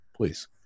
please